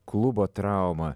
klubo traumą